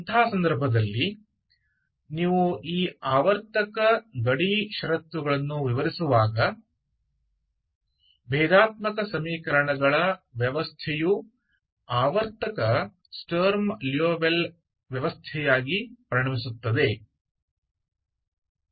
ಅಂಥ ಸಂದರ್ಭದಲ್ಲಿ ನೀವು ಈ ಆವರ್ತಕ ಗಡಿ ಷರತ್ತುಗಳನ್ನು ವಿವರಿಸುವಾಗ ಭೇದಾತ್ಮಕ ಸಮೀಕರಣಗಳ ವ್ಯವಸ್ಥೆಯು ಆವರ್ತಕ ಸ್ಟರ್ಮ್ ಲಿಯೋವಿಲ್ಲೆ ವ್ಯವಸ್ಥೆಯಾಗಿ ಪರಿಣಮಿಸುತ್ತದೆ